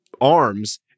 arms